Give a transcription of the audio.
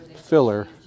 filler